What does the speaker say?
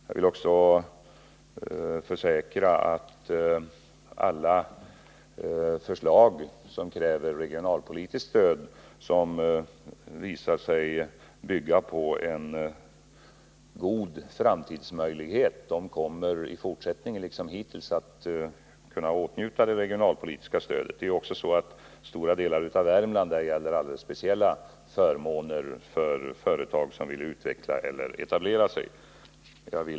Jag försäkrar att alla förslag som är uppbyggda så att de ger Värmland ökade möjligheter att i framtiden förbättra sysselsättningsläget kommer i fortsättningen, liksom hittills, att kunna erhålla regionalpolitiskt stöd. I det sammanhanget vill jag tillägga att man i stora delar av Värmland åtnjuter alldeles speciella förmåner när det gäller företag som vill utveckla eller etablera sig.